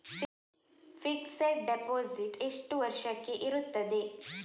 Fixed deposit ಎಷ್ಟು ವರ್ಷಕ್ಕೆ ಇರುತ್ತದೆ?